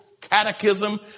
Catechism